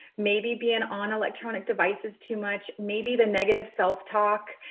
maybe being on electronic devices too much. maybe the negative self talk.